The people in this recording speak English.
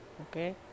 Okay